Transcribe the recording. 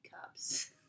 cups